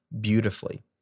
beautifully